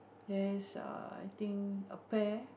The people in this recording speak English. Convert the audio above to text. there is err I think a pear